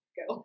go